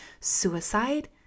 suicide